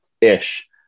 ish